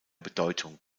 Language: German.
bedeutung